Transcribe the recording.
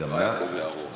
גם לך.